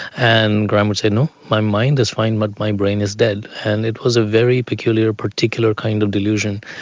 and graham would say, no, my mind is fine but my and brain is dead. and it was a very peculiar, particular kind of delusion.